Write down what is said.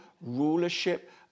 rulership